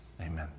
Amen